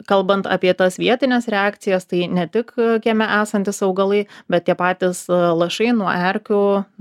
kalbant apie tas vietines reakcijas tai ne tik kieme esantys augalai bet tie patys lašai nuo erkių